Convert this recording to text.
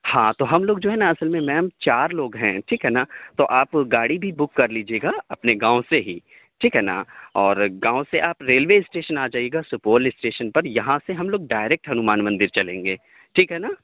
ہاں تو ہم لوگ جو ہے نا اصل میں میم چار لوگ ہیں ٹھیک ہے نا تو آپ گاڑی بھی بک کر لیجیے گا اپنے گاؤں سے ہی ٹھیک ہے نا اور گاؤں سے آپ ریلوے اسٹیشن آ جائیے گا سپول اسٹیشن پر یہاں سے ہم لوگ ڈائریکٹ ہنومان مندر چلیں گے ٹھیک ہے نا